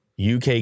UK